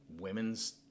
women's